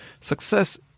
success